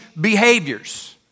behaviors